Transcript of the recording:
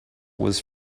was